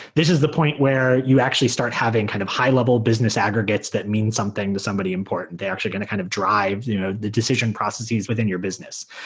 this is the point where you actually start having kind of high-level business aggregates that mean something to somebody important. they actually are going to kind of drive you know the decision processes within your business.